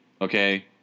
Okay